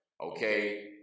Okay